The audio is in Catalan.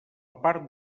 part